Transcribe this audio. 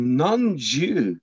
non-Jew